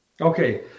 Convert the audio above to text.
okay